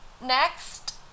Next